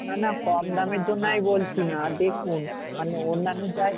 না না কম দামের জন্য আমি বলছি না দেখুন মানে অন্যান্য জায়গা